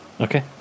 okay